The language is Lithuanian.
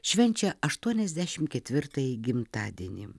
švenčia aštuoniasdešim ketvirtąjį gimtadienį